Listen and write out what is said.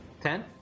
Ten